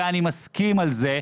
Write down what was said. ואני מסכים על זה,